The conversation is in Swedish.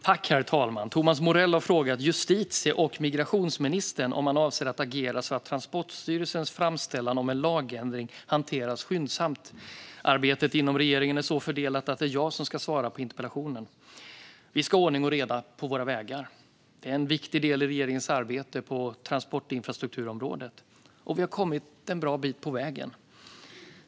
Herr talman! har frågat justitie och migrationsministern om han avser att agera så att Transportstyrelsens framställan om en lagändring hanteras skyndsamt. Arbetet inom regeringen är så fördelat att det är jag som ska svara på interpellationen. Vi ska ha ordning och reda på våra vägar. Det är en viktig del i regeringens arbete på transportinfrastrukturområdet. Vi har kommit en bra bit på vägen.